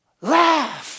Laugh